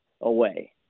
away